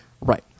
Right